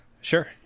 Sure